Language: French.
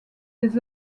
des